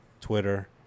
Twitter